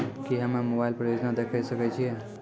की हम्मे मोबाइल पर योजना देखय सकय छियै?